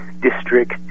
district